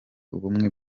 ubumwe